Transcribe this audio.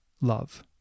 Love